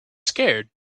scared